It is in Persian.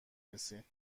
رسی